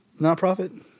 nonprofit